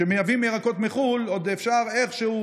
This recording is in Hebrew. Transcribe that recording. כשמייבאים ירקות מחו"ל עוד אפשר איכשהו,